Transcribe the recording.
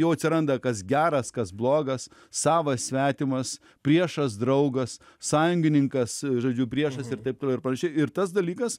jau atsiranda kas geras kas blogas savas svetimas priešas draugas sąjungininkas žodžiu priešas ir taip toliau ir panašiai ir tas dalykas